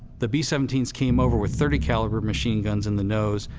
the b seventeen s came over with thirty caliber machine guns in the nose,